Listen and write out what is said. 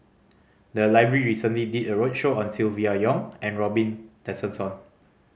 the library recently did a roadshow on Silvia Yong and Robin Tessensohn